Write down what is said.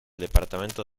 departamento